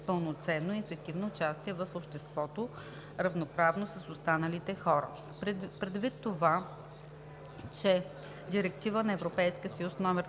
пълноценно и ефективно участие в обществото, равноправно с останалите хора.